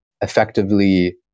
effectively